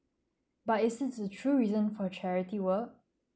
but it seems the true reason for charity work